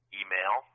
email